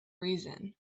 reason